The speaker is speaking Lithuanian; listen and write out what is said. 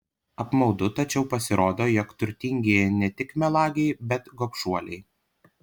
apmaudu tačiau pasirodo jog turtingieji ne tik melagiai bet gobšuoliai